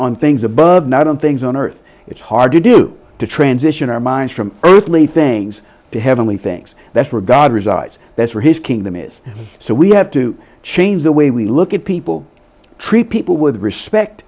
on things above not on things on earth it's hard to do to transition our minds from earthly things to heavenly things that's where god resides that's where his kingdom is so we have to change the way we look at people treat people with respect